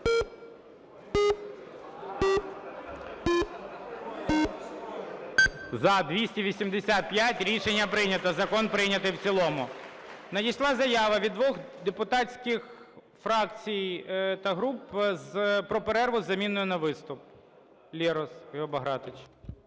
За-285 Рішення прийнято. Закон прийнятий в цілому. Надійшла заява від двох депутатських фракцій та груп про перерву з заміною на виступ. Лерос Гео Багратович.